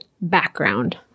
background